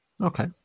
Okay